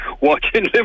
watching